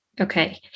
okay